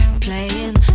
playing